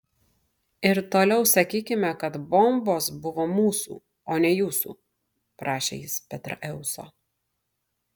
ir toliau sakykime kad bombos buvo mūsų o ne jūsų prašė jis petraeuso